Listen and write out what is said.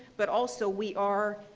but also we are,